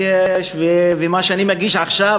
ומה שאני מגיש עכשיו,